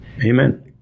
Amen